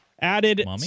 Added